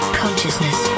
consciousness